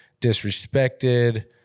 disrespected